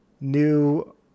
new